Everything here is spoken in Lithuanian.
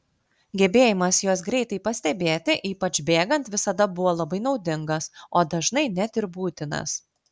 gebėjimas juos greitai pastebėti ypač bėgant visada buvo labai naudingas o dažnai net ir būtinas